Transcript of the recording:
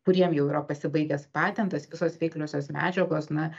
kuriem jau yra pasibaigęs patentas visos veikliosios medžiagos na